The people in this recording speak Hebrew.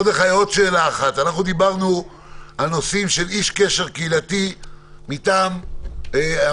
עוד שאלה אחת: אנחנו דיברנו על נושאים של איש קשר קהילתי מטעם המדינה,